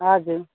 हजुर